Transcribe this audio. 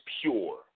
pure